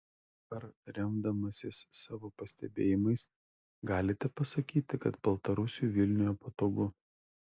ar remdamasis savo pastebėjimais galite pasakyti kad baltarusiui vilniuje patogu